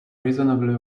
reasonably